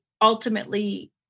ultimately